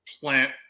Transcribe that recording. plant